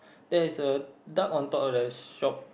there's a duck on top of the shop